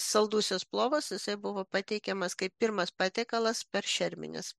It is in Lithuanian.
saldusis plovas buvo pateikiamas kaip pirmas patiekalas per šermenis